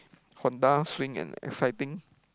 Honda swing and exciting